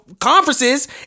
conferences